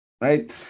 Right